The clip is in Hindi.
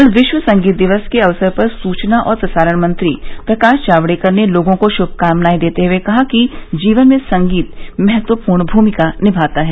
कल विश्व संगीत दिवस के अवसर पर सूचना और प्रसारण मंत्री प्रकाश जावड़ेकर ने लोगों को शुभकामनाएं देते हुए कहा कि जीवन में संगीत महत्वपूर्ण भूमिका निभाता है